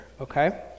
okay